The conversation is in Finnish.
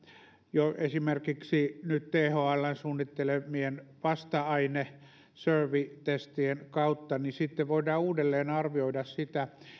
esimerkiksi nyt thln suunnittelemien vasta ainetestien kautta niin sitten voidaan uudelleen arvioida